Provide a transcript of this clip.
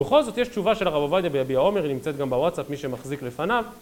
בכל זאת יש תשובה של הרב עובדיה ביביע אומר, היא נמצאת גם בוואטסאפ מי שמחזיק לפניו.